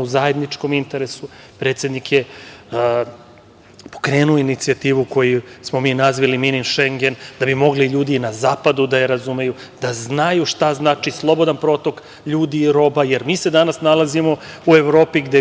u zajedničkom interesu. Predsednik je pokrenuo inicijativu koju smo mi nazvali „mini Šengen“, da bi mogli ljudi na zapadu da je razumeju, da znaju šta znači slobodan protok ljudi i roba, jer mi se danas nalazimo u Evropi gde